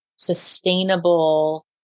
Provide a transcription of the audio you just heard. sustainable